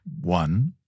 One